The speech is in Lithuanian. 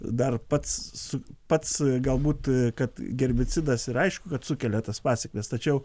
dar pats su pats galbūt kad herbicidas ir aišku kad sukelia tas pasekmes tačiau